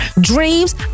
dreams